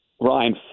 Ryan